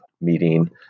meeting